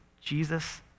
Jesus